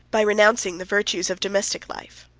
by renouncing the virtues of domestic life.